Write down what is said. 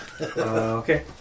Okay